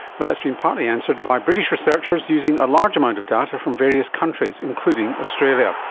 well, that's been partly answered by british researchers using a large amount of data from various countries, including australia.